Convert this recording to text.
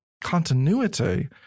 Continuity